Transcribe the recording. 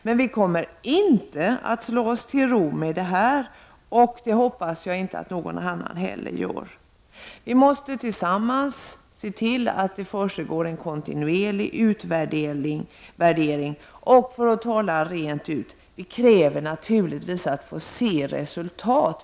Men vi kommer inte att slå oss till ro med det här, och det hoppas jag att inte heller någon annan vill. Vi måste tillsammans se till att det försiggår en kontinuerlig utvärdering, och — för att tala rent ut — vi kräver naturligtvis att få se resultat.